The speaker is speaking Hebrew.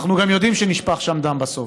אנחנו גם יודעים שנשפך שם דם בסוף.